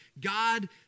God